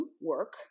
work